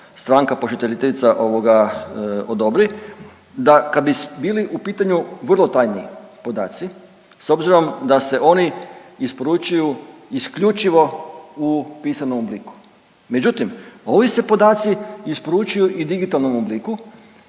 stranka pošiljateljica ovoga odobri, da kad bi bili u pitanju vrlo tajni podaci s obzirom da se oni isporučuju isključivo u pisanom obliku, međutim ovi se podaci isporučuju i u digitalnom obliku